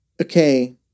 okay